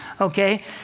Okay